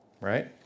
right